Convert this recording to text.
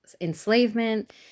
enslavement